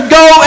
go